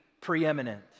preeminent